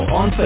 on